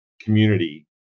community